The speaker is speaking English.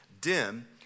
dim